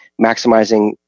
maximizing